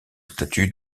statut